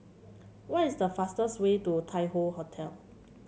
what is the fastest way to Tai Hoe Hotel